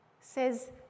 says